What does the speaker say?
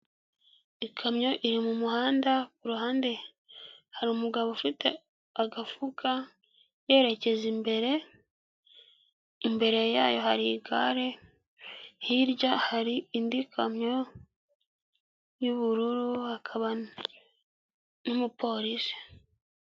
Ikamyo iri mu muhanda ku ruhande hari umugabo ufite agafuka yerekeza imbere, imbere yayo hari igare, hirya hari indi kamyo y'ubururu, hakaba n'umupolisi.